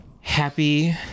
happy